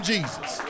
Jesus